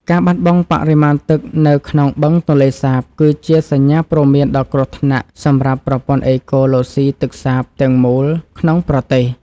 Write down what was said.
ការបាត់បង់បរិមាណទឹកនៅក្នុងបឹងទន្លេសាបគឺជាសញ្ញាព្រមានដ៏គ្រោះថ្នាក់សម្រាប់ប្រព័ន្ធអេកូឡូស៊ីទឹកសាបទាំងមូលក្នុងប្រទេស។